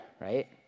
right